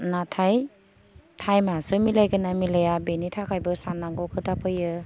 नाथाय टाइमासो मिलायगोन ना मिलाया बिनि थाखायबो साननांगौ खोथा फैयो